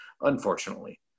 unfortunately